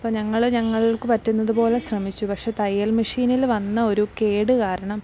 ഞങ്ങൾ ഞങ്ങൾക്ക് പറ്റുന്നത് പോലെ ശ്രമിച്ചു പക്ഷെ തയ്യൽ മെഷീനിൽ വന്ന ഒരു കേടു കാരണം